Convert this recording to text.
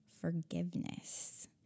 forgiveness